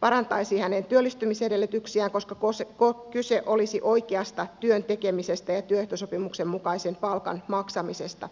parantaisi hänen työllistymisedellytyksiään koska kyse olisi oikeasta työn tekemisestä ja työehtosopimuksen mukaisen palkan maksamisesta